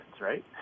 Right